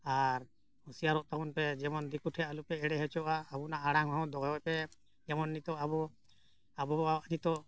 ᱟᱨ ᱦᱩᱥᱤᱭᱟᱹᱨᱚᱜ ᱛᱟᱵᱚᱱ ᱯᱮ ᱡᱮᱢᱚᱱ ᱫᱤᱠᱩ ᱴᱷᱮᱱ ᱟᱞᱚᱯᱮ ᱮᱲᱮ ᱦᱚᱪᱚᱜᱼᱟ ᱟᱵᱚᱣᱟᱜ ᱟᱲᱟᱝ ᱦᱚᱸ ᱫᱚᱦᱚᱭᱯᱮ ᱡᱮᱢᱚᱱ ᱱᱤᱛᱳᱜ ᱟᱵᱚ ᱟᱵᱚᱣᱟᱜ ᱱᱤᱛᱳᱜ